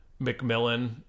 McMillan